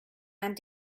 and